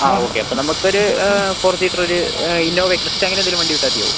ആ ഓക്കെ അപ്പോൾ നമുക്കൊരു ഫോർ സീറ്ററൊരു ഇന്നോവ ക്രിസ്റ്റ അങ്ങനെയെന്തെങ്കിലും വണ്ടി വിട്ടാൽ മതിയാവുമോ